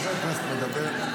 חבר כנסת מדבר.